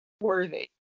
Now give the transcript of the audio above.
worthy